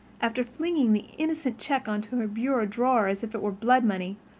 after flinging the innocent check into her bureau drawer as if it were blood-money,